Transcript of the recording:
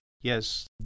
Yes